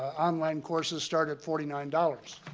online courses start at forty nine dollars.